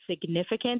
significant